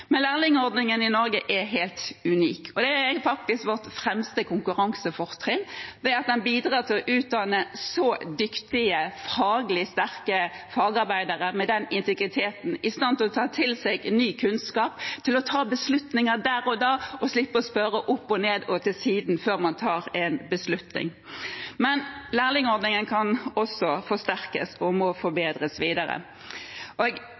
Men lærlingordningen i Norge er helt unik. Og det er faktisk vårt fremste konkurransefortrinn at den bidrar til å utdanne så dyktige og faglig sterke fagarbeidere med en integritet som gjør dem i stand til å ta til seg ny kunnskap og til å ta beslutninger der og da og slippe å spørre opp og ned og til siden før de tar en beslutning. Men lærlingordningen kan også forsterkes og må